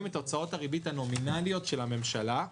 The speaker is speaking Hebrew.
את הוצאות הריבית הנומינליות של הממשלה.